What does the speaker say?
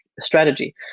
strategy